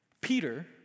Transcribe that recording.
Peter